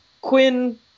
Quinn